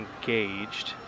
engaged